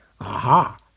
Aha